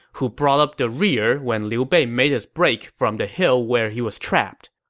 who brought up the rear when liu bei made his break from the hill where he was trapped.